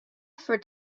for